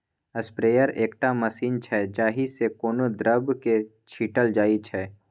sprayer एकटा machine छै जाहि सँ कोनो द्रब केँ छीटल जाइ छै